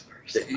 first